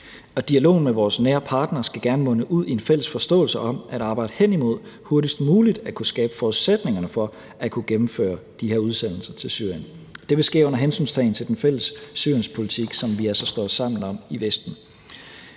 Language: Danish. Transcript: og dialogen med vores nære partnere skal gerne munde ud i en fælles forståelse om at arbejde hen imod hurtigst muligt at kunne skabe forudsætningerne for at kunne gennemføre de her udsendelser til Syrien. Det vil ske under hensyntagen til den fælles Syrienspolitik, som vi altså står sammen om i Vesten.